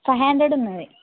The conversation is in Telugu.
ఫైవ్ హండ్రెడ్ ఉన్నది